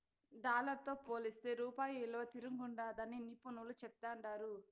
dollar తో పోలిస్తే రూపాయి ఇలువ తిరంగుండాదని నిపునులు చెప్తాండారు